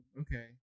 okay